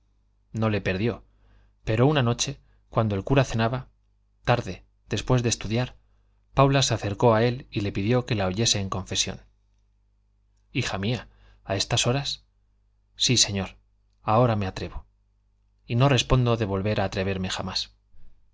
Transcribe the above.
no le perdió pero una noche cuando el cura cenaba tarde después de estudiar paula se acercó a él y le pidió que la oyese en confesión hija mía a estas horas sí señor ahora me atrevo y no respondo de volver a atreverme jamás